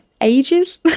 ages